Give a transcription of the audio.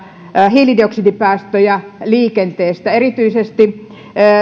hiilidioksidipäästöjä liikenteestä erityisesti